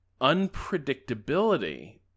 unpredictability